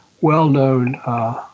well-known